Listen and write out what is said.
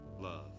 love